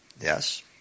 Yes